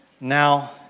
now